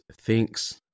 thinks